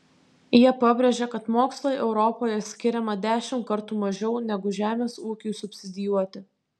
jie pabrėžia kad mokslui europoje skiriama dešimt kartų mažiau negu žemės ūkiui subsidijuoti